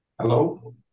Hello